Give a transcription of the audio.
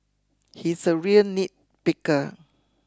he is a real nitpicker